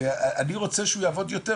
אני רוצה שהוא יעבוד יותר,